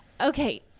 Okay